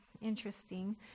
interesting